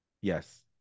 Yes